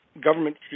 government